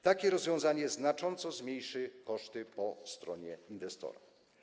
Takie rozwiązanie znacząco zmniejszy koszty po stronie inwestora.